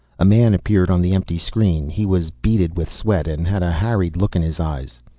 a man appeared on the empty screen. he was beaded with sweat and had a harried look in his eyes.